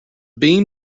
beam